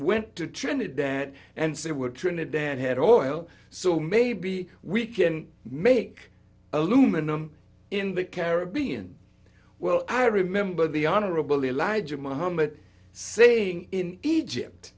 went to trinidad and say we're trinidad had all hell so maybe we can make aluminum in the caribbean well i remember the honorable elijah muhammad saying in egypt